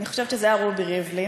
אני חושבת שזה היה רובי ריבלין,